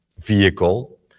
vehicle